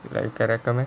like you can recommend